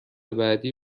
بعدی